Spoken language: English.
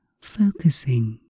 focusing